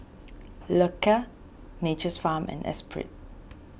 Loacker Nature's Farm and Espirit